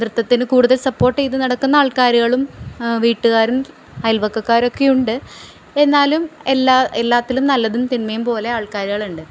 നൃത്തത്തിന് കൂടുതൽ സപ്പോർട്ട് ചെയ്ത് നടക്കുന്ന ആൾക്കാരുകളും വീട്ടുകാരും അയൽവക്കക്കാരൊക്കെയുണ്ട് എന്നാലും എല്ലാത്തിലും നല്ലതും തിന്മയും പോലെ ആൾക്കാരുകളുണ്ട്